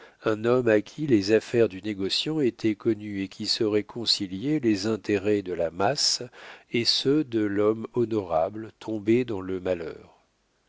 un homme à qui les affaires du négociant étaient connues et qui saurait concilier les intérêts de la masse et ceux de l'homme honorable tombé dans le malheur